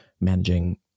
managing